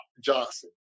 Johnson